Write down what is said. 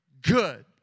good